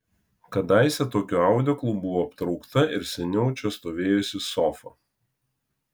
kadaise tokiu audeklu buvo aptraukta ir seniau čia stovėjusi sofa